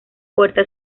puerta